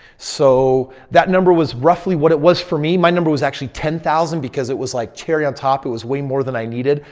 so that number was roughly. what it was for me? my number was actually ten thousand because it was like cherry on top. it was way more than i needed.